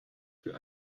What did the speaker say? für